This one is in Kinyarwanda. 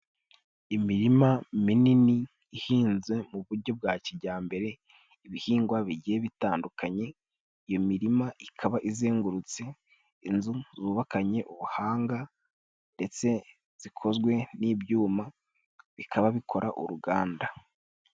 Imirima minini ihinze mu bujyo bwa kijyambere, ibihingwa bigiye bitandukanye ,iyo mirima ikaba izengurutse inzu zubakanye ubuhanga ndetse zikozwe n'ibyuma bikaba bikora uruganda.